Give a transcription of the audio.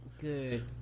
good